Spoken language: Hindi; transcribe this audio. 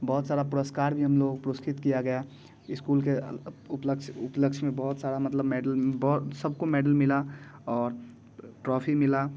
बोहौत सारे पुरस्कार भी हम लोग को पुरुस्कृत किया गया इस्कूल के उपलक्ष्य उपलक्ष्य में बहुत सारे मतलब मैडल बहुत सबको मेडल मिले और ट्रॉफी मिली